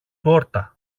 πόρτα